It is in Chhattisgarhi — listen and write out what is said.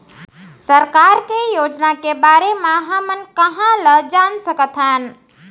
सरकार के योजना के बारे म हमन कहाँ ल जान सकथन?